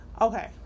Okay